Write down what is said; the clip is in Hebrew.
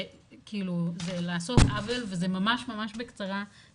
זה לעשות עוול וזה ממש בקצרה,